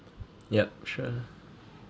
yup sure